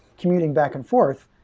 commuting back and forth,